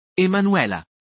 Emanuela